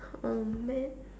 oh man